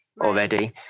already